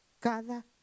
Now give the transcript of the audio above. cada